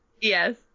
yes